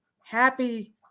happy